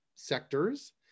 sectors